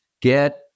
Get